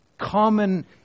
common